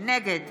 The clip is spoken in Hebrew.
נגד